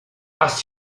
has